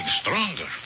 stronger